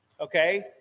okay